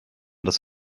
das